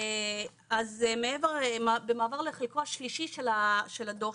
אז במעבר לחלקו השלישי של הדו"ח,